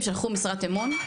הם שלחו משרת אמון,